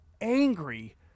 angry